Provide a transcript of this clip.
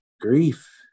grief